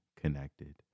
connected